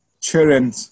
children